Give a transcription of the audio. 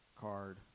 card